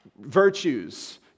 virtues